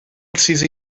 precisa